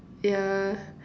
yeah